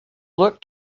look